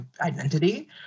identity